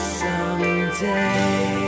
someday